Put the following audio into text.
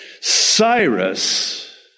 Cyrus